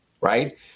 right